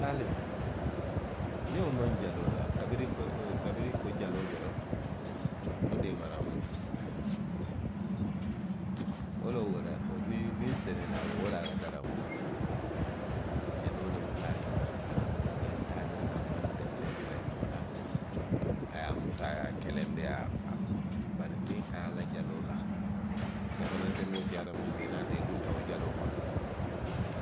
Taaliŋo, niŋ womaŋ jaloo laa. kabiriŋ foloo, kabiriŋ i ko jaloo doroŋ. wo mu deemaraŋo le ti. Wo loŋ, wo le ye. niŋ, niŋ senelaa mu, wo loŋ a la daranboo ti. Jaloo loŋ taaliŋo la daranboo ti. Mee taaliŋo danmaa te feŋ bayi noo la, a ye a muta, a ye a kelendi, a ye a faa. Bari niŋ a ye a la jaloo laa, ate fanaŋ senboo siiyaata muŋ ti niŋ i dunta wo jaloo kono,